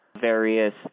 various